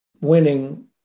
winning